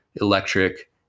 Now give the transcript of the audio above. electric